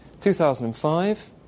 2005